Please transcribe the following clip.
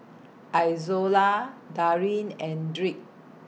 Izola Darleen and Dirk